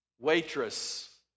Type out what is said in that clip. waitress